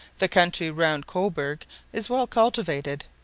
the country round cobourg is well cultivated,